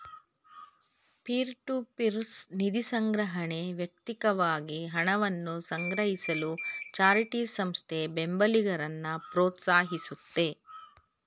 peer to peer ನಿಧಿಸಂಗ್ರಹಣೆ ವ್ಯಕ್ತಿಕವಾಗಿ ಹಣವನ್ನ ಸಂಗ್ರಹಿಸಲು ಚಾರಿಟಿ ಸಂಸ್ಥೆ ಬೆಂಬಲಿಗರನ್ನ ಪ್ರೋತ್ಸಾಹಿಸುತ್ತೆ